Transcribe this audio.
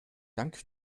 dank